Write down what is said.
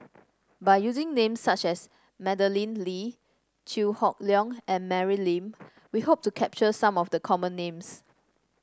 by using names such as Madeleine Lee Chew Hock Leong and Mary Lim we hope to capture some of the common names